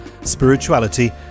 spirituality